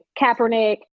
Kaepernick